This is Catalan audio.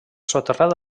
soterrat